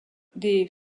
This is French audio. des